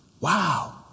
Wow